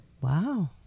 Wow